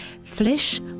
Flesh